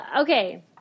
okay